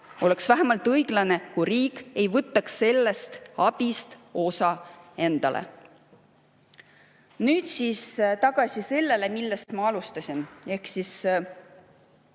Oleks vähemalt õiglane, kui riik ei võtaks sellest abist osa endale." Nüüd siis tagasi selle juurde, millest ma alustasin,